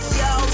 yo